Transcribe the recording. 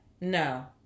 No